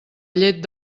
llet